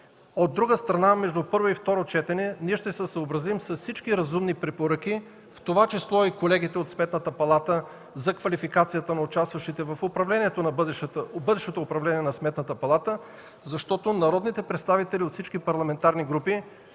От друга страна, между първо и второ четене ние ще се съобразим с всички разумни препоръки, в това число и колегите от Сметната палата за квалификацията на участващите в бъдещото управление на Сметната палата, защото народните представители от всички парламентарни групи